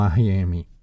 Miami